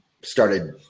started